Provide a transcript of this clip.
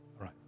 right